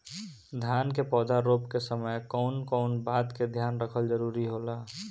धान के पौधा रोप के समय कउन कउन बात के ध्यान रखल जरूरी होला?